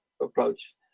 approach